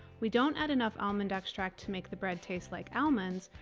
we don't add enough almond extract to make the bread taste like almonds,